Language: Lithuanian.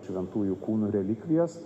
šventųjų kūnų relikvijas